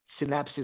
synapses